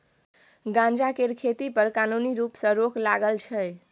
गांजा केर खेती पर कानुनी रुप सँ रोक लागल छै